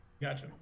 Gotcha